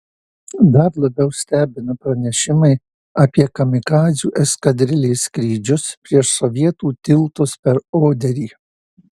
dar labiau stebina pranešimai apie kamikadzių eskadrilės skrydžius prieš sovietų tiltus per oderį